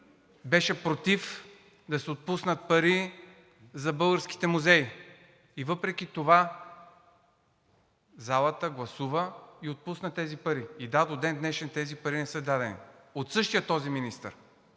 беше против да се отпуснат пари за българските музеи и въпреки това залата гласува и отпусна тези пари. И да, до ден днешен тези пари не са дадени от същия този министър.